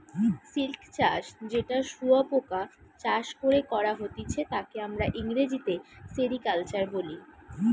silk চাষ যেটা শুয়োপোকা চাষ করে করা হতিছে তাকে আমরা ইংরেজিতে সেরিকালচার বলি